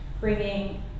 bringing